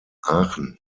aachen